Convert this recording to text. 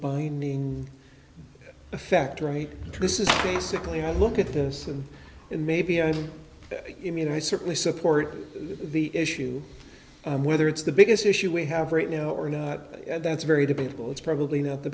binding effect right this is basically i look at this and and maybe i mean i certainly support the issue whether it's the biggest issue we have right now or not and that's very debatable it's probably not the